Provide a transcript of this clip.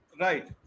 Right